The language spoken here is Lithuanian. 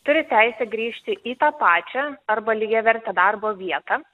turi teisę grįžti į tą pačią arba lygiavertę darbo vietą